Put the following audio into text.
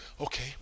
okay